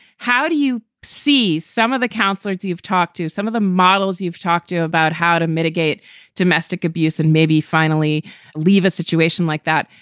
how do you see some of the counselors you've talked to, some of the models you've talked to about how to mitigate domestic abuse and maybe finally leave a situation like that?